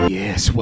yes